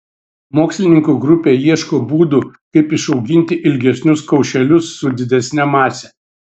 mokslininkų grupė ieško būdų kaip išauginti ilgesnius kaušelius su didesne mase